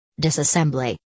Disassembly